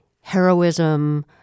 heroism